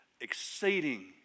exceeding